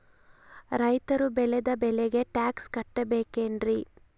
ರೈತರು ಬೆಳೆದ ಬೆಳೆಗೆ ಟ್ಯಾಕ್ಸ್ ಕಟ್ಟಬೇಕೆನ್ರಿ?